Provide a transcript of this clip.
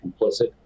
complicit